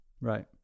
Right